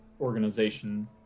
organization